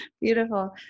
beautiful